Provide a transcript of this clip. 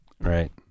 Right